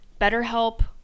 BetterHelp